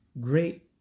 great